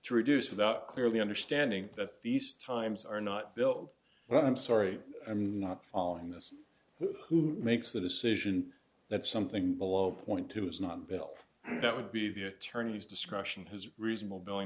to reduce without clearly understanding that these times are not billed well i'm sorry i'm not following this who makes the decision that something below point two is not bill that would be the attorney's discretion has reasonable billing